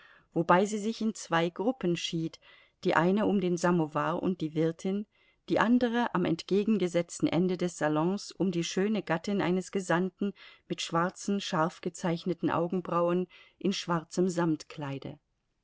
wobei sie sich in zwei gruppen schied die eine um den samowar und die wirtin die andere am entgegengesetzten ende des salons um die schöne gattin eines gesandten mit schwarzen scharf gezeichneten augenbrauen in schwarzem